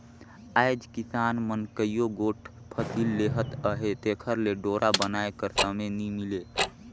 आएज किसान मन कइयो गोट फसिल लेहत अहे तेकर ले डोरा बनाए कर समे नी मिले